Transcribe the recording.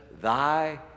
thy